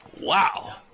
Wow